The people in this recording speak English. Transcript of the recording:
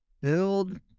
build